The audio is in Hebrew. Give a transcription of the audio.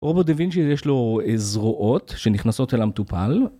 רובוט הבין שיש לו זרועות שנכנסות אל המטופל